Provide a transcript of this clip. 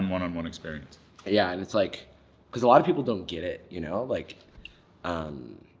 one-on-one experience yeah, and it's like because a lot of people don't get it, you know like um